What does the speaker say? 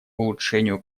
улучшению